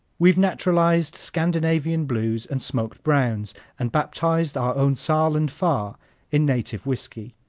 we've naturalized scandinavian blues and smoked browns and baptized our own saaland pfarr in native whiskey.